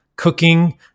cooking